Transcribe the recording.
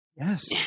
yes